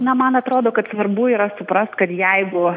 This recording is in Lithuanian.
na man atrodo kad svarbu yra suprast kad jeigu